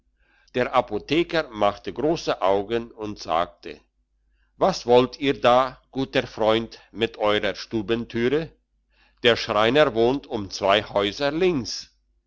der apotheker machte grosse augen und sagte was wollt ihr da guter freund mit eurer stubentüre der schreiner wohnt um zwei häuser links